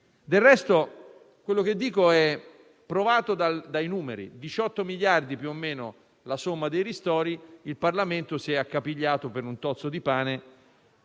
Del resto, quello che dico è provato dai numeri: dei circa 18 miliardi che è la somma dei ristori, il Parlamento si è accapigliato per un tozzo di pane,